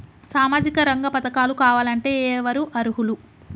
సామాజిక రంగ పథకాలు కావాలంటే ఎవరు అర్హులు?